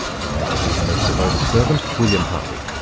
your majesty's most devoted servant, william harvey.